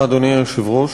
אדוני היושב-ראש,